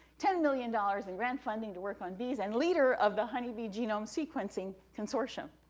ten million dollars in grant funding to work on bees, and leader of the honeybee genome sequencing consortium.